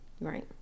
Right